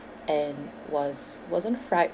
and was wasn't fried